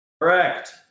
correct